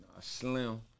Slim